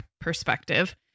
perspective